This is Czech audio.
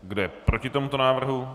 Kdo je proti tomuto návrhu?